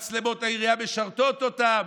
מצלמות העירייה משרתות אותם.